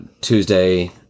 Tuesday